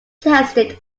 tested